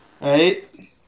right